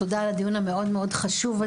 תודה על קיום הדיון החשוב הזה.